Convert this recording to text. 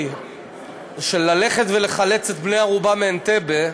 של ללכת ולחלץ את בני הערובה מאנטבה,